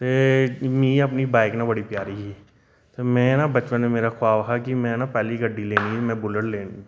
ते मिगी अपनी बाइक ना बड़ी प्यारी ऐ ते मीं ना बचपन च मेरा ख्वाब हा कि मैं ना पैहली गड्डी लैनी मैं बुलेट लैनी ऐ